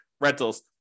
rentals